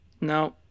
No